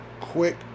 quick